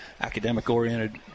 academic-oriented